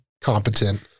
competent